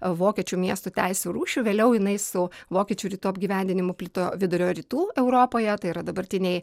vokiečių miestų teisių rūšių vėliau jinai su vokiečių rytų apgyvendinimu plito vidurio rytų europoje tai yra dabartinėj